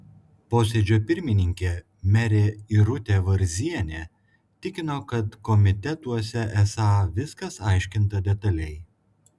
posėdžio pirmininkė merė irutė varzienė tikino kad komitetuose esą viskas aiškinta detaliai